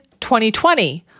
2020